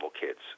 kids